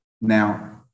now